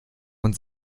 uns